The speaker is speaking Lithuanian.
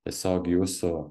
tiesiog jūsų